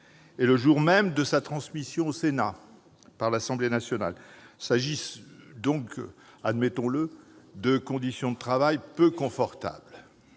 et le jour même de sa transmission au Sénat par l'Assemblée nationale. Il faut l'admettre, ce sont des conditions de travail peu confortables.